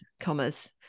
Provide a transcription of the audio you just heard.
commas